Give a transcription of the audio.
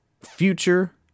future